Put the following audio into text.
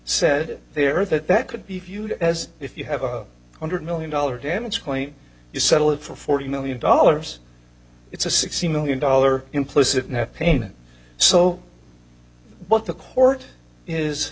said there that that could be viewed as if you have a hundred million dollars damages claim you settle it for forty million dollars it's a sixty million dollar implicit no pain so what the court is